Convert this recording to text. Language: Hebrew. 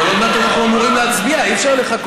אבל עוד מעט אנחנו אמורים להצביע, אי-אפשר לחכות.